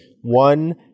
one